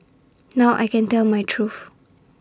now I can tell my truth